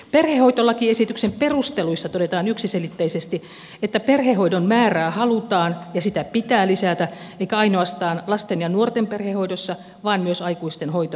perhehoitolakiesityksen perusteluissa todetaan yksiselitteisesti että perhehoidon määrää halutaan ja sitä pitää lisätä eikä ainoastaan lasten ja nuorten perhehoidossa vaan myös aikuisten hoitomuotona